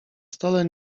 stole